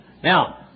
Now